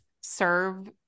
serve